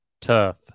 tough